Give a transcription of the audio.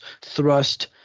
Thrust